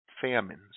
famines